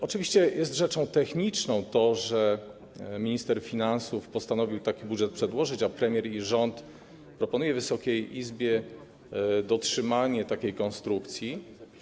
Oczywiście jest rzeczą techniczną to, że minister finansów postanowił taki budżet przedłożyć, a premier i rząd proponują Wysokiej Izbie dotrzymanie takiej konstrukcji.